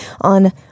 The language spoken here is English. on